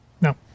No